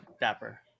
dapper